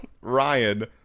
Ryan